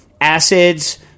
acids –